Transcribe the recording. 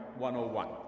101